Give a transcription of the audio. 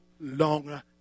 longer